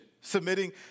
submitting